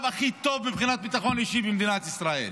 הכי טוב מבחינת ביטחון אישי במדינת ישראל.